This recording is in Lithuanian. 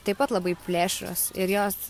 taip pat labai plėšrios ir jos